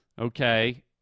okay